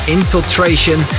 Infiltration